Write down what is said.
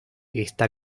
está